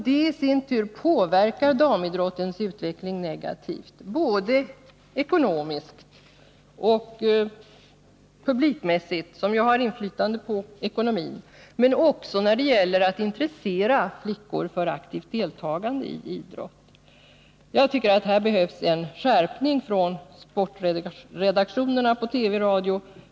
Det i sin tur påverkar damidrottens utveckling negativt, både ekonomiskt och publikmässigt, vilket ju har inflytande på ekonomin men också när det gäller att intressera flickor för aktivt deltagande i idrott. Här behövs en skärpning från sportredaktionerna på TV och radio.